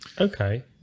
Okay